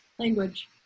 Language